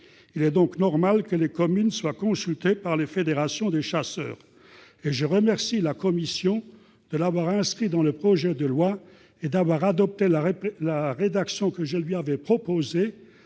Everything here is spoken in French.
Il est donc normal que les communes soient consultées par la fédération des chasseurs. Je remercie la commission d'avoir inscrit une telle disposition dans le projet de loi et adopté la rédaction que je lui avais proposée.